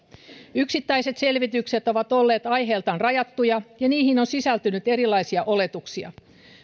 yksittäiset selvitykset ovat olleet aiheeltaan rajattuja ja niihin on sisältynyt erilaisia oletuksia